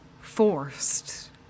forced